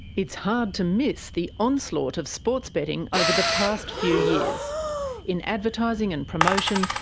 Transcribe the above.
it's hard to miss the onslaught of sports betting over the past few years in advertising and promotion,